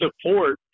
support